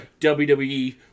WWE